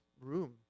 room